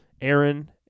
Aaron